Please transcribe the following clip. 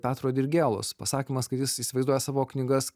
petro dirgėlos pasakymas kad jis įsivaizduoja savo knygas